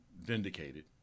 Vindicated